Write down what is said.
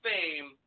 Fame